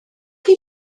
chi